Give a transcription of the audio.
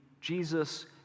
Jesus